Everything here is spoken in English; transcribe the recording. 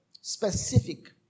Specific